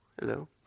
hello